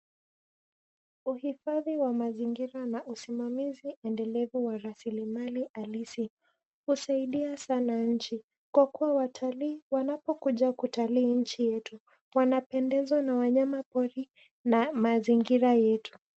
Uhifadhi wa mazingira na usimamizi endelevu wa raslimali halisi husaidia sana nchi kwa kuwa watalii wanapokuja kutalii nchi yetu wanapendezwa na wanayma pori na mazingira yetu.